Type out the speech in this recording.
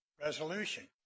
resolution